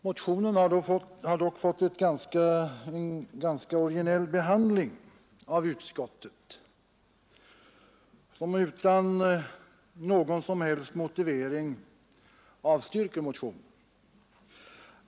Motionen har dock fått en ganska originell behandling av utskottet, som utan någon som helst motivering avstyrker den.